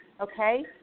Okay